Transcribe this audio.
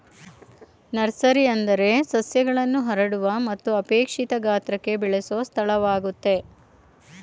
nursery ಅಂದ್ರೆ ಸಸ್ಯಗಳನ್ನು ಹರಡುವ ಮತ್ತು ಅಪೇಕ್ಷಿತ ಗಾತ್ರಕ್ಕೆ ಬೆಳೆಸೊ ಸ್ಥಳವಾಗಯ್ತೆ